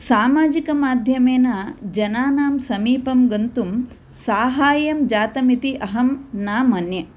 सामाजिकमाध्यमेन जनानां समीपं गन्तुं साहाय्यं जातम् इति अहं न मन्ये